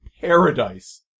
paradise